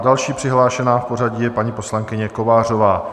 Další přihlášená v pořadí je paní poslankyně Kovářová.